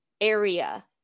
area